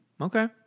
Okay